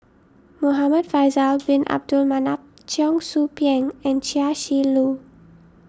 Muhamad Faisal Bin Abdul Manap Cheong Soo Pieng and Chia Shi Lu